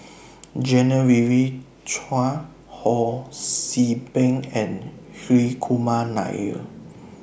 Genevieve Chua Ho See Beng and Hri Kumar Nair